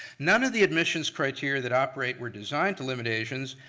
none of the admissions criteria that operate were designed to limit asians,